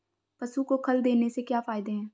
पशु को खल देने से क्या फायदे हैं?